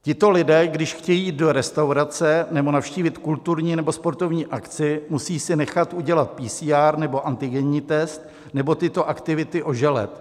Tito lidé, když chtějí jít do restaurace nebo navštívit kulturní nebo sportovní akci, musí si nechat udělat PCR nebo antigenní test nebo tyto aktivity oželet.